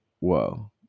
whoa